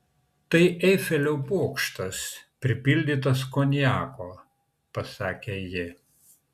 tai eifelio bokštas pripildytas konjako pasakė ji